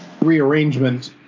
rearrangement